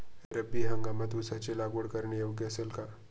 रब्बी हंगामात ऊसाची लागवड करणे योग्य असेल का?